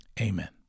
amen